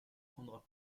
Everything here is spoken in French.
prendra